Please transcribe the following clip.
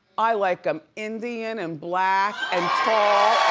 i like um indian, and black, and tall,